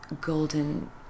golden